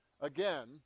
again